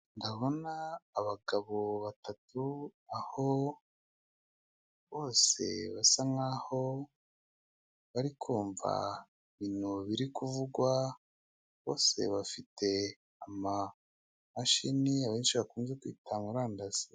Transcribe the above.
Ndabona abagabo batatu aho bose basa nkaho bari kumva ibintu biri kuvugwa bose bafite amamashini abenshi bakunze kwita murandasi.